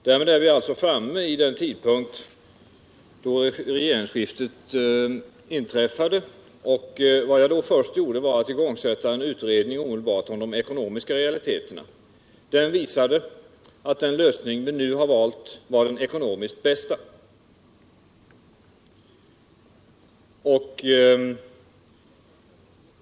Därmed är vi framme vid den tidpunkt då regeringsskiftet inträffade: Vad Jag då först gjorde var att omedelbart igångsätta en utredning om de ekonomiska realiteterna. Den visade att den lösning vi nu valt är den ekonomiskt bästa.